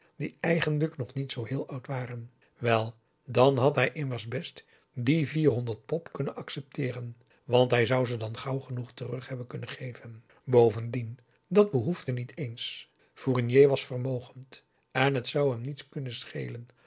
die eigenlijk toch niet zoo heel oud waren wel dan had hij immers best die vierhonderd pop kunnen accepteeren want hij zou ze dan gauw genoeg terug hebben kunnen geven bovendien dat behoefde niet in eens fournier was vermogend en t zou hem niets kunnen schelen